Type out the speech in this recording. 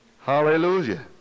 Hallelujah